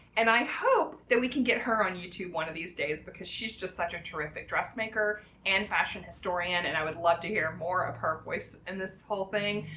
and i hope that we can get her on youtube one of these days because she's just such a terrific dressmaker and fashion historian and i would love to hear more of her voice in this whole thing.